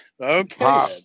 Okay